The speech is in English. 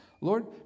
Lord